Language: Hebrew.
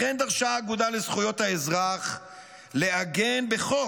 לכן דרשה האגודה לזכויות האזרח לעגן בחוק